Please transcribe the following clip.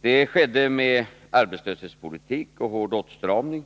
Det handlade om arbetslöshetspolitik och hård åtstramning.